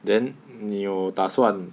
then 你有打算